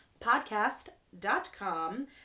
podcast.com